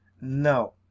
No